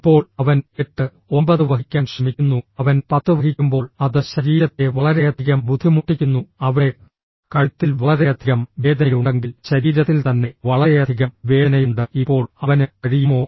ഇപ്പോൾ അവൻ 89 വഹിക്കാൻ ശ്രമിക്കുന്നു അവൻ 10 വഹിക്കുമ്പോൾ അത് ശരീരത്തെ വളരെയധികം ബുദ്ധിമുട്ടിക്കുന്നു അവിടെ കഴുത്തിൽ വളരെയധികം വേദനയുണ്ടെങ്കിൽ ശരീരത്തിൽ തന്നെ വളരെയധികം വേദനയുണ്ട് ഇപ്പോൾ അവന് കഴിയുമോ